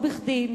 לא בכדי,